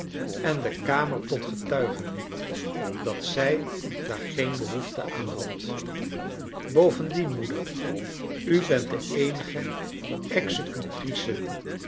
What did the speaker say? en de kamer tot getuige riep dat zrj daar geen behoefte aan had bovendien moeder u bent de eenige